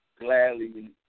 gladly